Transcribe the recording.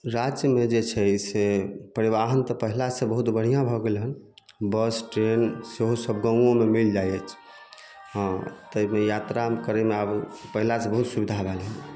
राज्यमे जे छै से परिवाहन तऽ पहिले सऽ बहुत बढ़िऑं भऽ गेलै हन बस ट्रेन सेहो सब गाँवोमे मिल जाइ छै हँ ताहिमे यात्रा करैमे आब पहिले सऽ बहुत सुबिधा भए गेलै